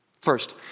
First